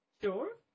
Sure